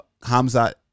Hamzat